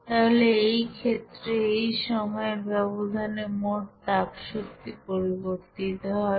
তাহলে এই ক্ষেত্রে এই সময়ের ব্যবধানে মোট তাপশক্তি পরিবর্তিত হবে